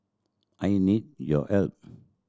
I need your help